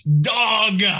Dog